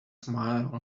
smile